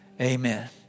Amen